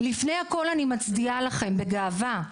לפני הכול אני מצדיעה לכם בגאווה.